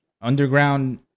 Underground